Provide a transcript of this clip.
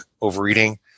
overeating